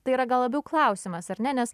tai yra gal labiau klausimas ar ne nes